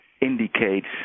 indicates